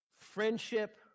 friendship